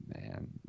man